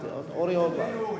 אורבך.